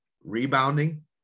rebounding